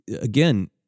again